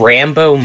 Rambo